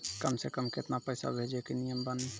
कम से कम केतना पैसा भेजै के नियम बानी?